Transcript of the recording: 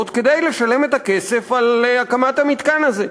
כדי לשלם את הכסף על הקמת המתקן הזה.